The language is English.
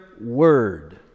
word